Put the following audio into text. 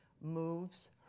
Moves